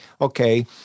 okay